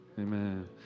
Amen